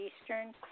Eastern